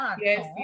yes